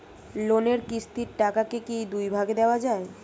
লোনের কিস্তির টাকাকে কি দুই ভাগে দেওয়া যায়?